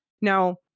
Now